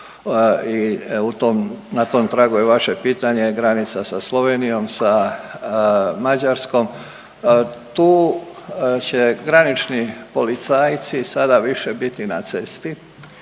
na tom tragu je vaše pitanje, granica sa Slovenijom, sa Mađarskom tu će granični policajci sada više biti na cesti